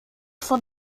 von